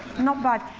not bad.